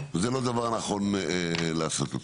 זה לא דבר נכון לעשות אותו.